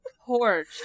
porch